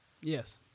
Yes